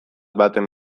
batean